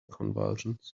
convulsions